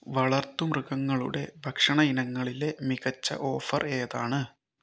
വളർത്തുമൃഗങ്ങളുടെ ഭക്ഷണ ഇനങ്ങളിലെ മികച്ച ഓഫർ ഏതാണ്